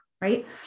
right